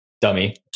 dummy